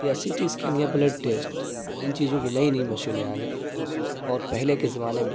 یا C T scan یا blood test ان چیزوں کی نئی نئی مشینیں آ گیا اور پہلے کے زمانے میں